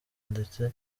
ndetse